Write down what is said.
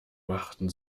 machten